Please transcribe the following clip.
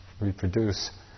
reproduce